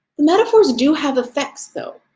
the metaphors do have effects, though.